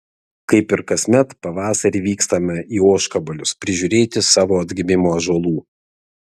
kaip ir kasmet pavasarį vykstame į ožkabalius prižiūrėti savo atgimimo ąžuolų